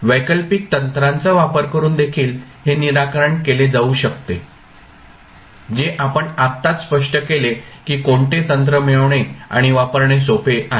वैकल्पिक तंत्राचा वापर करुन देखील हे निराकरण केले जाऊ शकते जे आपण आत्ताच स्पष्ट केले की कोणते तंत्र मिळवणे आणि वापरणे सोपे आहे